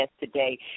today